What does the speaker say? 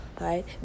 right